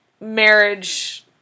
marriage